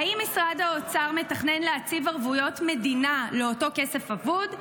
-- האם משרד האוצר מתכנן להציב ערבויות מדינה לאותו כסף אבוד?